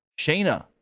Shayna